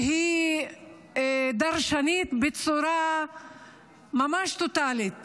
ודורשנית בצורה ממש טוטלית